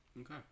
Okay